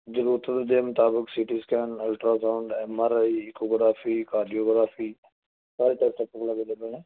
ਜ਼ਰੂਰਤ ਦੇ ਮੁਤਾਬਕ CT scan ultrasound M R I echography cardiography ਸਾਰੇ ਟੈਸਟ ਆਪਣੇ ਕੋਲ ਅਵੇਲੇਬਲ ਨੇ